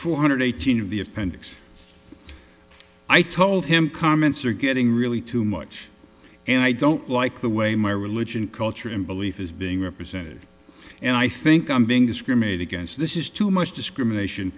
four hundred eighteen of the appendix i told him comments are getting really too much and i don't like the way my religion culture and belief is being represented and i think i'm being discriminated against this is too much discrimination